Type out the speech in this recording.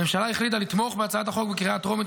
הממשלה החליטה לתמוך בהצעת החוק בקריאה הטרומית,